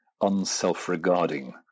unself-regarding